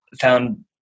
found